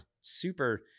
Super